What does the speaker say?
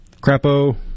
Crapo